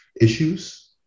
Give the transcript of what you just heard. issues